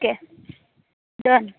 okay